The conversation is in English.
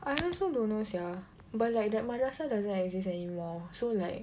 I also don't know sia but like that madrasah doesn't exist anymore so like